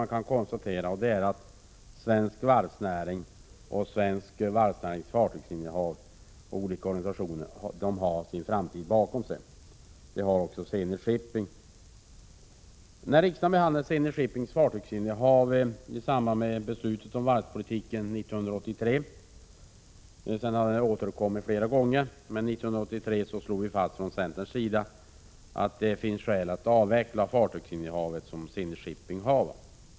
Man kan konstatera att svensk varvsnäring och dess fartygsinnehav har sin framtid bakom sig. Det har också Zenit Shipping. Riksdagen behandlade Zenit Shippings fartygsinnehav i samband med beslutet om varvspolitiken 1983. Frågan har sedan återkommit flera gånger. 1983 slog vi från centerns sida fast att det finns skäl att avveckla fartygsinnehavet.